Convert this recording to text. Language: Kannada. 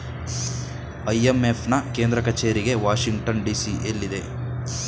ಐ.ಎಂ.ಎಫ್ ನಾ ಕೇಂದ್ರ ಕಚೇರಿಗೆ ವಾಷಿಂಗ್ಟನ್ ಡಿ.ಸಿ ಎಲ್ಲಿದೆ